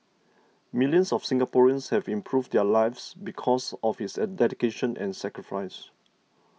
millions of Singaporeans have improved their lives because of his a dedication and sacrifice